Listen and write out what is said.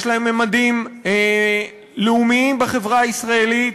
יש להם ממדים לאומיים בחברה הישראלית,